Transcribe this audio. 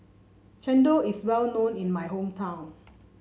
chendol is well known in my hometown